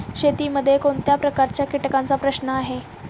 शेतीमध्ये कोणत्या प्रकारच्या कीटकांचा प्रश्न आहे?